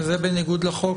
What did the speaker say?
שזה בניגוד לחוק.